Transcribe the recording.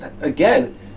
again